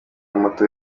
moto